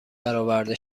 برآورده